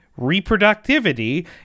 reproductivity